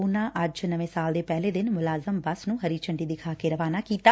ਉਨੂਾਂ ਅੱਜ ਨਵੇਂ ਸਾਲ ਦੇ ਪਹਿਲੇ ਦਿਨ ਮੁਲਾਜ਼ਮ ਬੱਸ ਨੂੰ ਹਰੀ ਝੰਡੀ ਵਿਖਾ ਕੇ ਰਵਾਨਾ ਕੀਤਾ